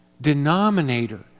denominator